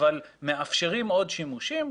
אבל מאפשרים עוד שימושים.